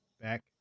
back